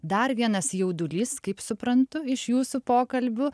dar vienas jaudulys kaip suprantu iš jūsų pokalbių